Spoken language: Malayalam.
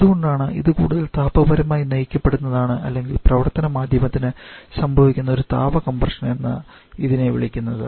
അതുകൊണ്ടാണ് ഇത് കൂടുതൽ താപ പരമായി നയിക്കപെടുന്നതാണ് അല്ലെങ്കിൽ പ്രവർത്തന മാധ്യമത്തിന് സംഭവിക്കുന്ന ഒരു താപ കംപ്രഷൻ എന്ന് ഇതിനെ വിളിക്കുന്നത്